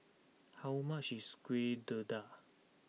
how much is Kuih Dadar